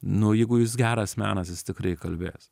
nu jeigu jis geras menas jis tikrai kalbės